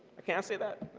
i can't say that?